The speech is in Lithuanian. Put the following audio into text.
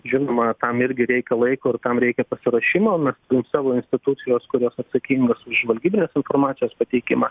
žinoma tam irgi reikia laiko ir tam reikia pasiruošimo mes turim savo institucijos kurios atsakingas už žvalgybinės informacijos pateikimą